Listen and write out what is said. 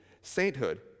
sainthood